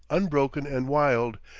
unbroken and wild,